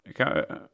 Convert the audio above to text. okay